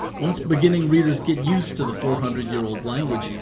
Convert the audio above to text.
once beginning readers get used to the four hundred year old language,